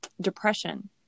depression